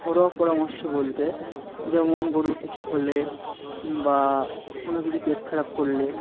ঘরোয়া পরামর্শ বলতে যেমন গরুর কিছু হলে বা কোনো কিছু পেট খারাপ করলে